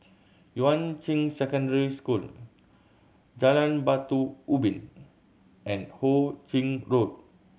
Yuan Ching Secondary School Jalan Batu Ubin and Ho Ching Road